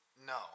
No